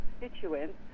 constituents